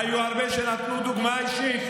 היו הרבה שנתנו דוגמה אישית.